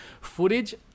Footage